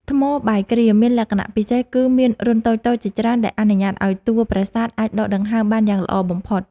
ថ្មបាយក្រៀមមានលក្ខណៈពិសេសគឺមានរន្ធតូចៗជាច្រើនដែលអនុញ្ញាតឱ្យតួប្រាសាទអាចដកដង្ហើមបានយ៉ាងល្អបំផុត។